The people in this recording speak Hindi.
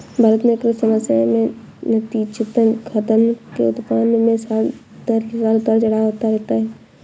भारत में कृषि समस्याएं से नतीजतन, खाद्यान्न के उत्पादन में साल दर साल उतार चढ़ाव होता रहता है